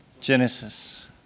genesis